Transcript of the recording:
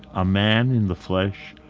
a man in the flesh,